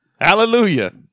Hallelujah